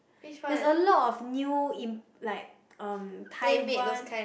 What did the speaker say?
there's a lot of new imp~ like um Taiwan